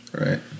Right